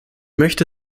möchte